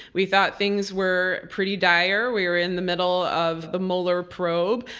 we thought things were pretty dire. we were in the middle of the mueller probe,